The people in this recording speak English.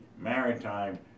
maritime